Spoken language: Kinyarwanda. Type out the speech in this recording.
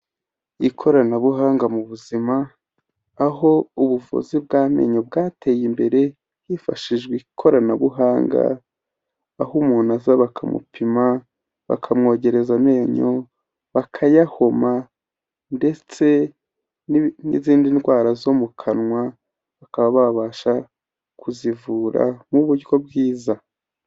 Ikoranabuhanga mu buzima aho ubuvuzi bw'amenyo bwateye imbere hifashishi ikoranabuhanga, aho umuntu aza bakamupima, bakamwogereza amenyo, bakayahoma ndetse n'izindi ndwara zo mu kanwa bakaba babasha kuzivura nk'uburyo bwiza.